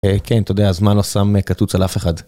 כן, אתה יודע, הזמן לא שם קצוץ על אף אחד.